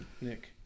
Nick